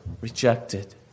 Rejected